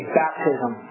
baptism